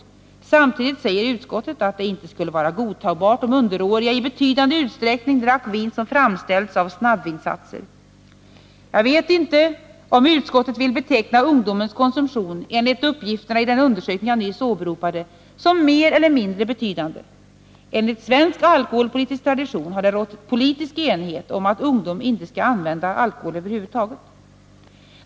Samtidigt säger utskottet att det inte skulle vara godtagbart om underåriga i betydande utsträckning drack vin som framställts av snabbvinsatser. Jag vet inte om utskottet vill beteckna ungdomens konsumtion, enligt uppgifterna i den undersökning jag nyss åberopade, som mer eller mindre betydande. Enligt svensk alkoholpolitisk tradition har det rått politisk enighét om att ungdom inte skall använda alkohol över huvud taget.